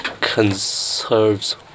conserves